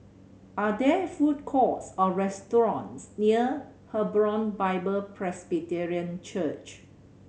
are there food courts or restaurants near Hebron Bible Presbyterian Church